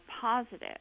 positive